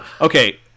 Okay